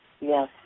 Yes